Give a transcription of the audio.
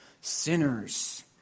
sinners